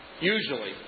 usually